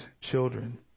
children